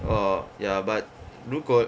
orh ya but 如果